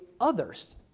others